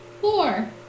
Four